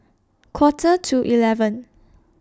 Quarter to eleven